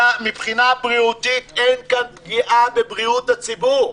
מבחינה בריאותית אין פגיעה בבריאות הציבור.